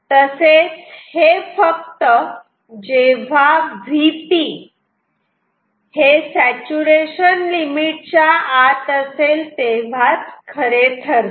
तसेच हे फक्त जेव्हा Vp हे सॅचूरेशन लिमिट च्या आत असेल तेव्हाच खरे ठरते